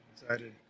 excited